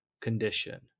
condition